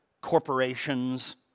corporations